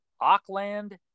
Auckland